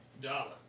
Dollar